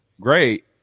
great